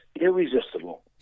irresistible